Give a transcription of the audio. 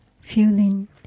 feeling